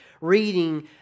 reading